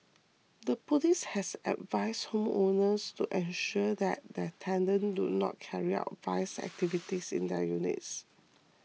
the police has advised home owners to ensure that their tenants do not carry out vice activities in their units